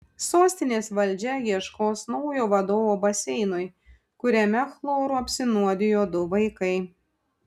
sostinės valdžia ieškos naujo vadovo baseinui kuriame chloru apsinuodijo du vaikai